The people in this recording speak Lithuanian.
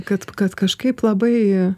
kad kad kažkaip labai